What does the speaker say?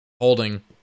Holding